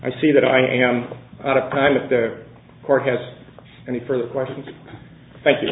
i see that i am out of time with the corps has any further questions thank you